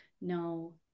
no